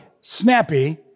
snappy